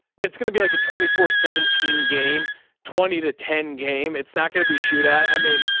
it's going to be like a twenty four, seventeen game twenty to ten game. it's not going to be shoot at, i mean,